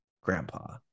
grandpa